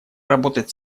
работать